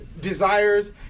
desires